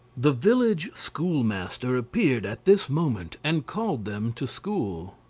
the village schoolmaster appeared at this moment and called them to school.